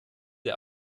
der